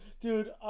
dude